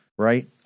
Right